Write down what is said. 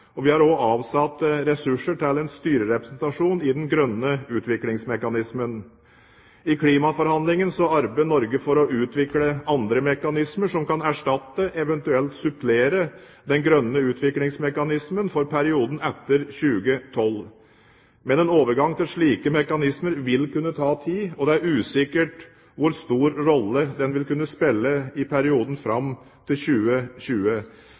og vi har også avsatt ressurser til en styrerepresentasjon i den grønne utviklingsmekanismen. I klimaforhandlingene arbeider Norge for å utvikle andre mekanismer som kan erstatte, eventuelt supplere, den grønne utviklingsmekanismen for perioden etter 2012. Men en overgang til slike mekanismer vil kunne ta tid, og det er usikkert hvor stor rolle den vil kunne spille i perioden fram til 2020.